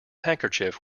handkerchief